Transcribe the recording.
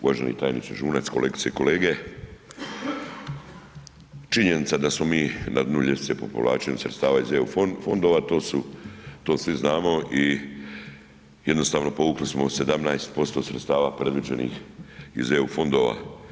Uvaženi tajniče Žunac, kolegice i kolege, činjenica da smo mi na dnu ljestvice po povlačenju sredstava iz EU fondova, to svi znamo i jednostavno povukli smo 17% sredstava predviđenih iz EU fondova.